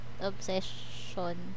obsession